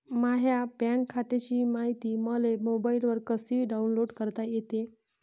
माह्या बँक खात्याची मायती मले मोबाईलवर कसी डाऊनलोड करता येते?